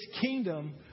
kingdom